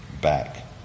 back